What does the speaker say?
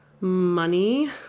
money